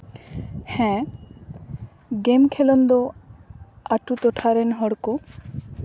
ᱦᱮᱸ ᱜᱮᱢ ᱠᱷᱮᱞᱳᱰ ᱫᱚ ᱟᱛᱳ ᱴᱚᱴᱷᱟ ᱨᱮᱱ ᱦᱚᱲ ᱠᱚ